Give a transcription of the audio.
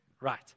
Right